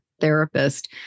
therapist